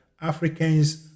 Africans